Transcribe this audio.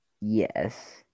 Yes